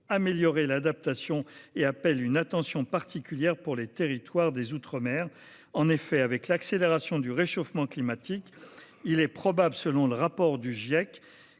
améliorer l’adaptation et appelle à une attention particulière pour les territoires des outre mer. En effet, avec l’accélération du réchauffement climatique, il est probable, selon le rapport du Groupe